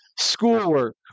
schoolwork